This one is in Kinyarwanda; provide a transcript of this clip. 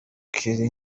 kelly